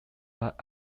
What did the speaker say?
but